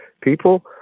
people